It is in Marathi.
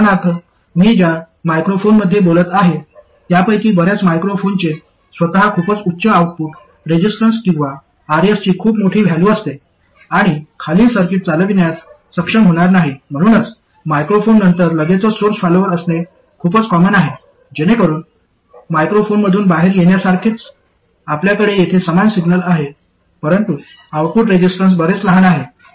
उदाहरणार्थ मी ज्या मायक्रोफोनमध्ये बोलत आहे त्यापैकी बर्याच मायक्रोफोनचे स्वतः खूपच उच्च आउटपुट रेजिस्टन्स किंवा Rs ची खूप मोठी व्हॅलू असते आणि खालील सर्किट चालविण्यास सक्षम होणार नाही म्हणूनच मायक्रोफोननंतर लगेचच सोर्स फॉलोअर वापरणे खूप कॉमन आहे जेणेकरून माइक्रोफोनमधून बाहेर येण्यासारखेच आपल्याकडे येथे समान सिग्नल आहे परंतु आउटपुट रेजिस्टन्स बरेच लहान आहे